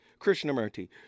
Krishnamurti